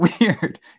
weird